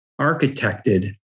architected